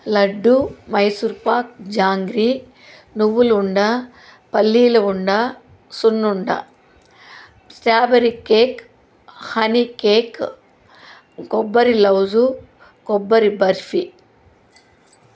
లడ్డూ మైసూర్ పాక్ జాంగ్రీ నువ్వుల ఉండ పల్లీల ఉండ సున్నుండ స్ట్రాబెర్రీ కేక్ హనీ కేక్ కొబ్బరి లౌజు కొబ్బరి బర్ఫీ